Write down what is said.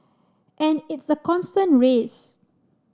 and it's a constant race